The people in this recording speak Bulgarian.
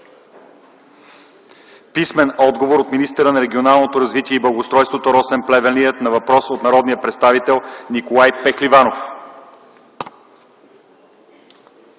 Писмен отговор от министъра на регионалното развитие и благоустройството Росен Плевнелиев на въпрос от народния представител Николай Пехливанов.